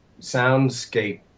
soundscape